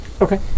Okay